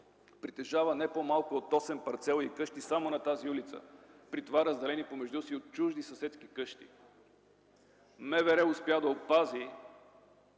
притежава не по-малко от осем парцела и къщи само на тази улица, при това разделени помежду си от чужди съседски къщи. МВР успя да опази